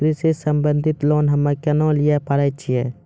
कृषि संबंधित लोन हम्मय केना लिये पारे छियै?